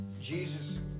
Jesus